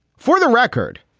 for the record,